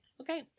Okay